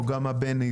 או גם הבין-עירוני?